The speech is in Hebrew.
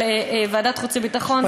של ועדת החוץ וביטחון,